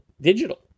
digital